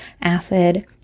acid